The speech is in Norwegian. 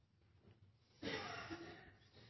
Ja